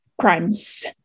Crimes